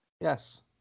Yes